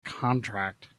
contract